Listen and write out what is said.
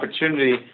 opportunity